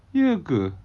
iya ke